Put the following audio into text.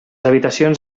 habitacions